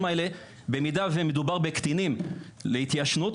האלה במידה ומדובר בקטינים להתיישנות,